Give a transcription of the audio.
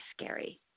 scary